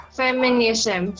feminism